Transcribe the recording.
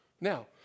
Now